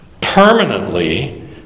permanently